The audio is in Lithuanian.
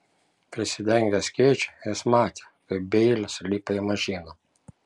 prisidengęs skėčiu jis matė kaip beilis lipa į mašiną